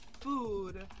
food